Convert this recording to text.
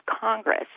Congress